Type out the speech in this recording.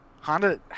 Honda